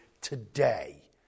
today